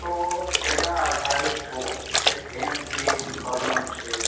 તો તેના આધારે છોડ કે જેમ કે કરણ છે